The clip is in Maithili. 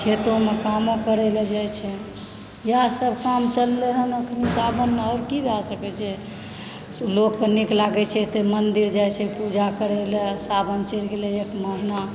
खेतोमे कामो करय लए जाइ छै इएह सब काम चललै हँ अखनी सावनभरि की भए सकै छै लोककेँ नीक लागै छै मन्दिर जाइ छै पूजा करै लए सावन चढ़ि गेलै अपना